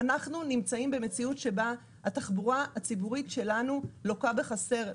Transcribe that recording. אנחנו נמצאים במציאות שבה התחבורה הציבורית שלנו לוקה בחסר.